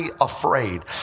afraid